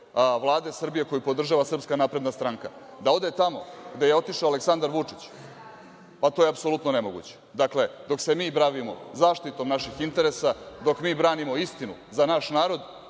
Vlade Srbije koju podržava SNS. Da ode tamo gde je otišao Aleksandar Vučić, pa to je apsolutno nemoguće. Dakle, dok se mi bavimo zaštitom naših interesa, dok mi branimo istinu za naš narod,